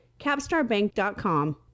CapstarBank.com